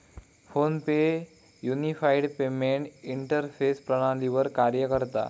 phone पे unified payment interface प्रणालीवर कार्य करता